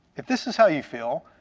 if this is how you feel,